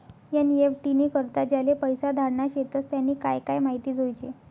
NEFT नी करता ज्याले पैसा धाडना शेतस त्यानी काय काय माहिती जोयजे